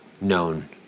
known